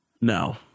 No